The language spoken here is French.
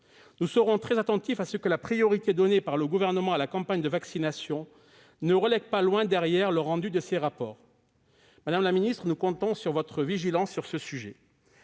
Nous serons très attentifs à ce que la priorité donnée par le Gouvernement à la campagne de vaccination ne relègue pas loin derrière la remise de ces rapports. Madame la ministre, nous comptons sur votre vigilance à ce sujet.